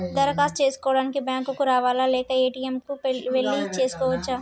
దరఖాస్తు చేసుకోవడానికి బ్యాంక్ కు రావాలా లేక ఏ.టి.ఎమ్ కు వెళ్లి చేసుకోవచ్చా?